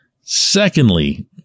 Secondly